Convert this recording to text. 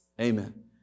Amen